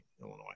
Illinois